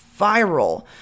viral